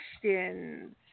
questions